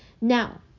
Now